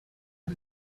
but